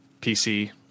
pc